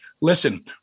listen